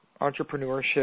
entrepreneurship